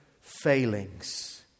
failings